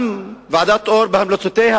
גם ועדת-אור בהמלצותיה